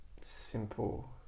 simple